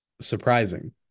surprising